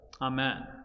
Amen